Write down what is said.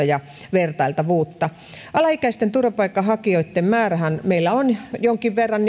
ja vertailtavuutta alaikäisten turvapaikanhakijoitten määrähän meillä on se että jonkin verran